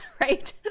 right